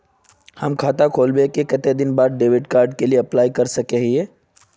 हम खाता खोलबे के कते दिन बाद डेबिड कार्ड के लिए अप्लाई कर सके हिये?